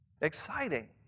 exciting